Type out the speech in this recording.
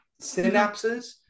synapses